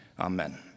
Amen